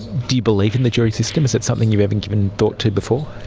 do you believe in the jury system? is that something you've ever given thought to before?